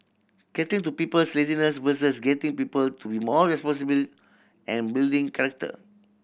catering to people's laziness versus getting people to be more responsible and building character